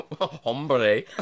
Hombre